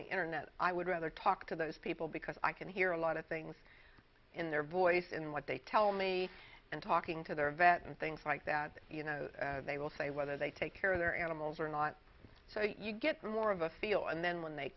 the internet i would rather talk to those people because i can hear a lot of things in their voice in what they tell me and talking to their vet and things like that you know they will say whether they take care of their animals or not so you get more of a feel and then when they